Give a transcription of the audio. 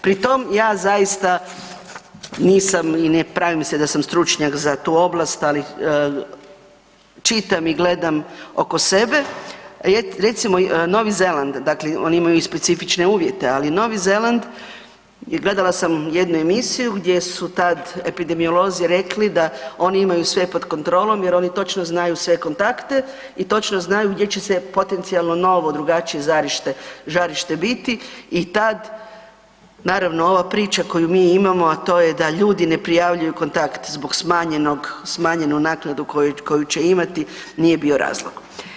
Pri tom ja zaista nisam i ne pravim se da sam stručnjak za tu oblast, ali čitam i gledam oko sebe, recimo, Novi Zeland, dakle oni imaju specifične uvjete, ali Novi Zeland je, gledala sam jednu emisiju gdje su tad epidemiolozi rekli da oni imaju sve pod kontrolom jer oni točno znaju sve kontakte i točno znaju gdje će se potencijalno novo drugačije žarište biti i tad, naravno, ova priča koju mi imamo, a to je da ljudi ne prijavljuju kontakt zbog smanjenje naknade koju će imati, nije bio razlog.